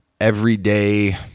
everyday